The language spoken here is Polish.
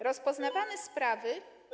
Rozpoznawane sprawy.